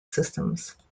systems